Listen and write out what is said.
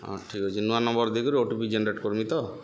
ହଁ ଠିକ୍ ଅଛି ନୂଆ ନମ୍ବର୍ ଦେଇକିରି ଓ ଟି ପି ଜେନେରେଟ୍ କର୍ମି ତ